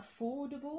affordable